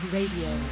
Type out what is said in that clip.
Radio